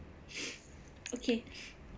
okay